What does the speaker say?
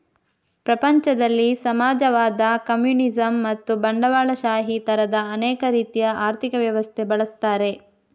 ಪ್ರಪಂಚದಲ್ಲಿ ಸಮಾಜವಾದ, ಕಮ್ಯುನಿಸಂ ಮತ್ತು ಬಂಡವಾಳಶಾಹಿ ತರದ ಅನೇಕ ರೀತಿಯ ಆರ್ಥಿಕ ವ್ಯವಸ್ಥೆ ಬಳಸ್ತಾರೆ